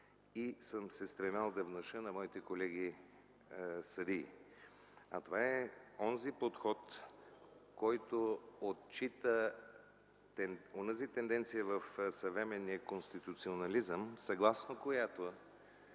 и съм се стремял да внуша на моите колеги съдии. Това е подходът, който отчита тенденцията в съвременния конституционализъм, съгласно която